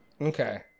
okay